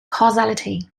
causality